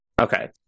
Okay